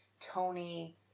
Tony